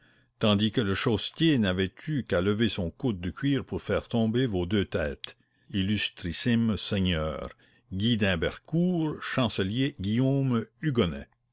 tandis que le chaussetier n'avait eu qu'à lever son coude de cuir pour faire tomber vos deux têtes illustrissimes seigneurs guy d'hymbercourt chancelier guillaume